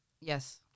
yes